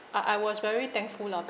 I I was very thankful lah